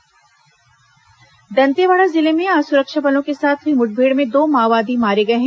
माओवादी घटना दंतेवाड़ा जिले में आज सुरक्षा बलों के साथ हुई मुठभेड़ में दो माओवादी मारे गए हैं